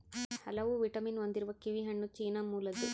ಹಲವು ವಿಟಮಿನ್ ಹೊಂದಿರುವ ಕಿವಿಹಣ್ಣು ಚೀನಾ ಮೂಲದ್ದು